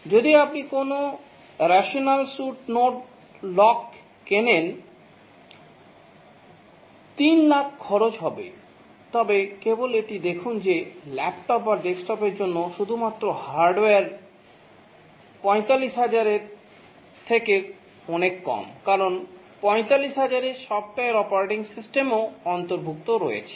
যদি আপনি কোনও রাসেনাল স্যুট নোড লক কেনেন 300000 খরচ হবে তবে কেবল এটি দেখুন যে ল্যাপটপ বা ডেস্কটপের জন্য শুধুমাত্র হার্ডওয়্যার 45000 এর থেকে অনেক কম কারণ 45000 এ সফ্টওয়্যার অপারেটিং সিস্টেমও অন্তর্ভুক্ত রয়েছে